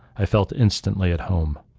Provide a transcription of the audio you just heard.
i felt instantly at home.